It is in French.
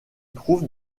trouve